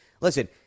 listen